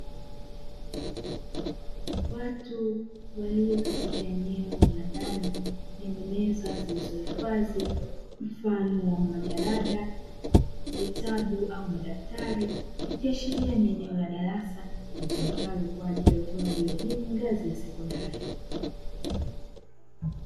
Watu walio katika eneo la ndani lenye meza zilizohifadhi mfano wa majalada vitabu au madaftari. Ikiashiria ni eneo la darasa litumikalo kwa ajili ya utoaji wa elimu ngazi ya sekondari.